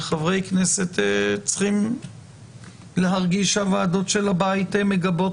וחברי כנסת צריכים להרגיש שהוועדות של הבית מגבות